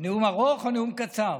נאום ארוך או נאום קצר?